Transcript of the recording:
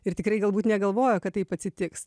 ir tikrai galbūt negalvojo kad taip atsitiks